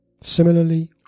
Similarly